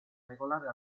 regolare